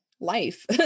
life